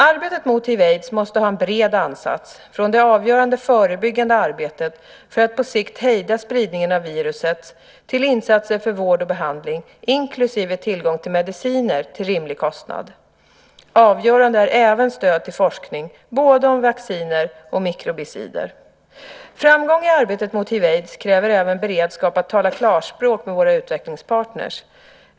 Arbetet mot hiv aids kräver även beredskap att tala klarspråk med våra utvecklingspartner.